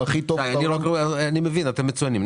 אני מבין, אתם מצוינים.